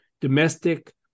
domestic